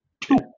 Two